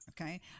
Okay